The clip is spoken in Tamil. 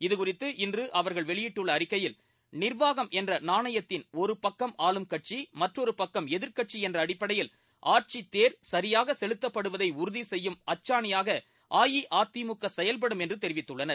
இதுகுறித்து இன்று அவர்கள் வெளியிட்டுள்ள அறிக்கையில் நிர்வாகம் என்ற நாணயத்தின் ஒருபக்கம் ஆளும் கட்சி மற்றொரு பக்கம் எதிர்க்கட்சி என்ற அடிப்படையில் ஆட்சித் தேர் சரியாக செலுத்தப்படுவதை உறுதி செய்யும் அச்சாணியாக அஇஅதிமுக செயல்படும் என்று தெரிவித்துள்ளனர்